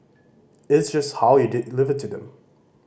it's just how you deliver to them